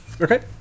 Okay